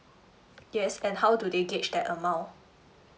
yes and how do they gage that amount